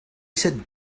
said